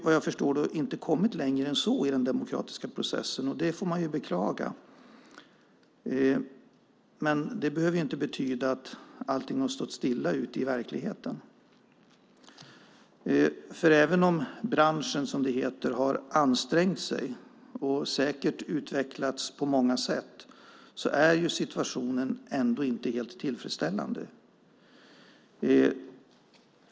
Vad jag förstår har det inte kommit längre än så i den demokratiska processen. Det får man beklaga. Det behöver inte betyda att allt har stått stilla ute i verkligheten. Även om branschen har, som det heter, ansträngt sig och säkert utvecklats på många sätt är situationen ändå inte helt tillfredsställande.